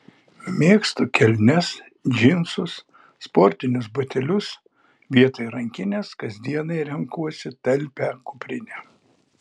mėgstu kelnes džinsus sportinius batelius vietoj rankinės kasdienai renkuosi talpią kuprinę